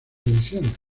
ediciones